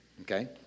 Okay